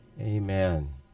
Amen